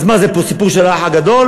אז מה זה פה, סיפור של "האח הגדול"?